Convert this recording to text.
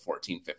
1450